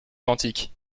quantique